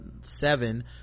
seven